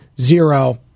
zero